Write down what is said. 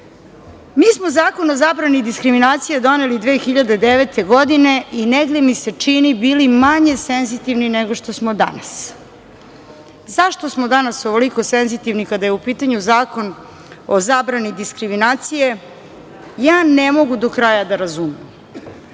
smo Zakon o zabrani diskriminacije doneli 2009. godine i negde mi se čini bili manje senzitivni nego što smo danas. Zašto smo danas ovoliko senzitivni kada je upitanju Zakon o zabrani diskriminacije, ja ne mogu do kraja da razumem,